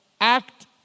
act